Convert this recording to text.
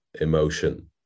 emotion